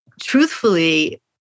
truthfully